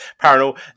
Paranormal